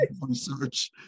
research